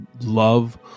love